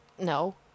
No